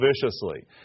viciously